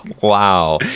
Wow